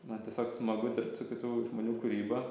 man tiesiog smagu dirbt su kitų žmonių kūryba